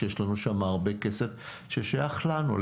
שיש לנו שם הרבה כסף ששייך לנו,